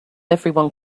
everyone